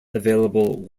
available